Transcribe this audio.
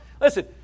Listen